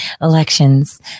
elections